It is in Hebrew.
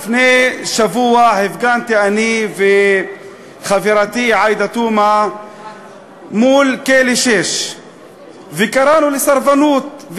לפני שבוע הפגנו אני וחברתי עאידה תומא מול כלא 6 וקראנו לסרבנות,